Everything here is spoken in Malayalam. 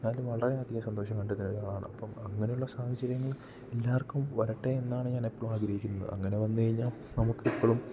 എന്നാലും വളരെ അധികം സന്തോഷം കണ്ടെത്തുന്ന ഒരാളാണ് അപ്പം അങ്ങനെയുള്ള സാഹചര്യങ്ങൾ എല്ലാവർക്കും വരട്ടെ എന്നാണ് ഞാൻ എപ്പളും ആഗ്രഹിക്കുന്നത് അങ്ങനെ വന്നു കഴിഞ്ഞാൽ നമുക്ക് എപ്പളും